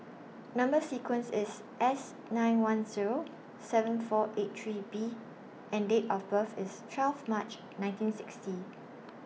Number sequence IS S nine one Zero seven four eight three B and Date of birth IS twelve March nineteen sixty